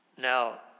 Now